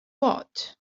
what